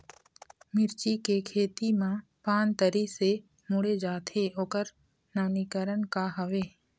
मिर्ची के खेती मा पान तरी से मुड़े जाथे ओकर नवीनीकरण का हवे?